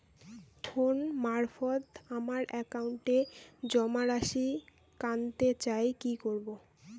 Phone মারফত আমার একাউন্টে জমা রাশি কান্তে চাই কি করবো?